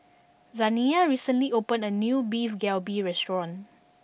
Zaniyah recently opened a new Beef Galbi restaurant